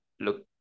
look